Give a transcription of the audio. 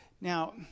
Now